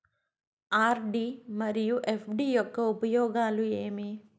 RD మరియు FD యొక్క ఉపయోగాలు ఏమి?